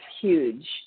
huge